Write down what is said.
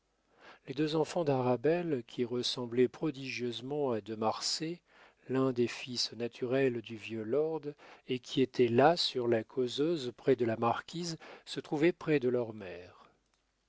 les deux enfants d'arabelle qui ressemblaient prodigieusement à de marsay l'un des fils naturels du vieux lord et qui était là sur la causeuse près de la marquise se trouvaient près de leur mère